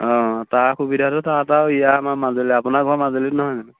অঁ তাৰ সুবিধাটো তাত আৰু ইয়াত আমাৰ মাজুলী আপোনাৰ ঘৰৰ মাজুলীত নহয় নো